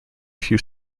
few